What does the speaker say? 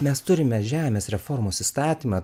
mes turime žemės reformos įstatymą